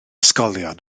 ysgolion